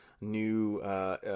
new